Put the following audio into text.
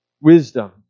wisdom